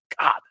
God